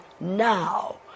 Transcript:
now